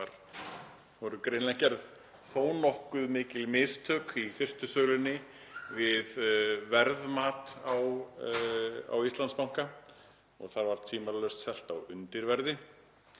það voru greinilega gerð þó nokkuð mikil mistök í fyrstu sölunni við verðmat á Íslandsbanka og þar var tvímælalaust selt á undirverði.